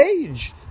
age